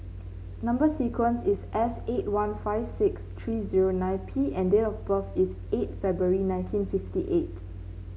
number sequence is S eight one five six three zero nine P and date of birth is eight February nineteen fifty eight